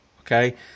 okay